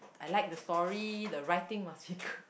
I like the story the writing must be good